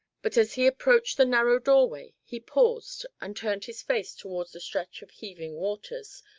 but as he approached the narrow doorway he paused and turned his face towards the stretch of heaving waters,